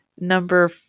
number